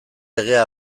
legea